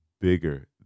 bigger